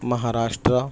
Maharashtra